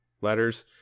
letters